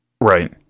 Right